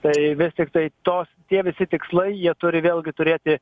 tai vis tiktai tos tie visi tikslai jie turi vėlgi turėti